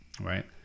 Right